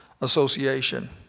Association